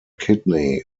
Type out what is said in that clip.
kidney